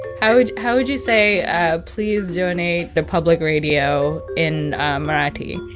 how would how would you say please donate to public radio in marathi?